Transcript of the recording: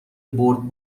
برد